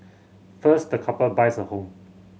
first the couple buys a home